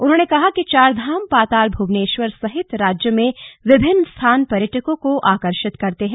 उन्होंने कहा कि चारधाम पाताल भुवनेश्वर सहित राज्य में विभिन्न स्थान पर्यटकों को आकर्षित करते हैं